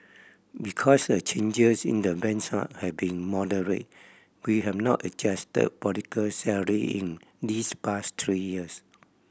because the changes in the benchmark have been moderate we have not adjusted political salary in these past three years